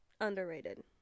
underrated